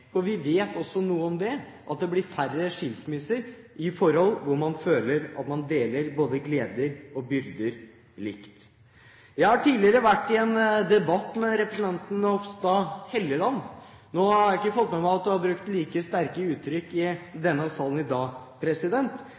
For vi vet også noe om det: Det blir færre skilsmisser i forhold hvor man føler at man deler både gleder og byrder likt. Jeg har tidligere vært i en debatt med representanten Hofstad Helleland. Nå har jeg ikke fått med meg at hun har brukt like sterke uttrykk i denne salen i dag,